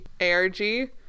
ARG